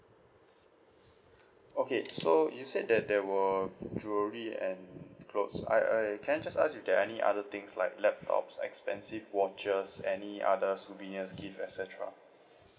okay so you said that there were jewellery and clothes I I can I just ask if there are any other things like laptops expensive watches any other souvenirs gifts et cetera